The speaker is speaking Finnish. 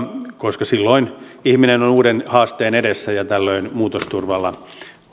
koska silloin ihminen on uuden haasteen edessä ja tällöin muutosturvalla